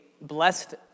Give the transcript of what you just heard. blessed